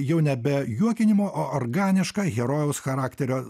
jau nebe juokinimo o organiška herojaus charakterio